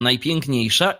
najpiękniejsza